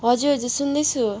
हजुर हजुर सुन्दैछु